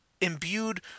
imbued